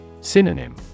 Synonym